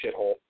shithole